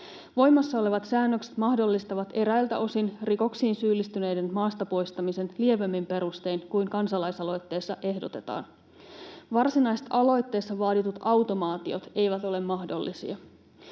Voimassa olevat säännökset mahdollistavat eräiltä osin rikoksiin syyllistyneiden maasta poistamisen lievemmin perustein kuin kansalaisaloitteessa ehdotetaan. Varsinaiset aloitteessa vaaditut automaatiot eivät ole mahdollisia.